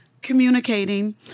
Communicating